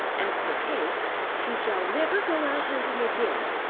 as for kate she shall never go out hunting again.